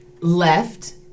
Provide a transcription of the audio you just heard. left